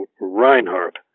Reinhardt